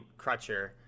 Crutcher